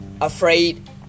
afraid